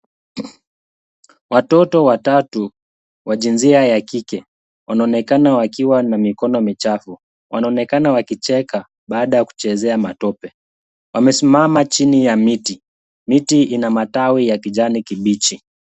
Watoto watatu wa jinsia ya kike wanaonekana wakiwa na mikono michafu. Wanaonekana wakicheka baada ya kuchezea matope. Wamesimama chini ya miti. Miti ina matawi ya kijani kibichi.